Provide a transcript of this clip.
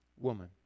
woman